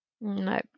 No